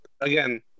again